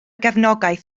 gefnogaeth